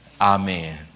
Amen